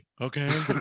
Okay